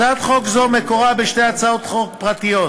הצעת חוק זו מקורה בשתי הצעות חוק פרטיות,